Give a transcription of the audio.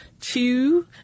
Two